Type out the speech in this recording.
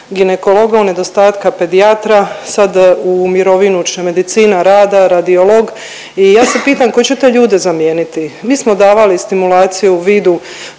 ginekologa, u nedostatka pedijatra, sad u mirovinu će Medicina rada, radiolog. I ja se pitam tko će te ljude zamijeniti? Mi smo davali stimulaciju u vidu